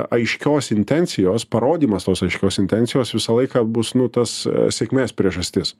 aiškios intencijos parodymas tos aiškios intencijos visą laiką bus nu tas sėkmės priežastis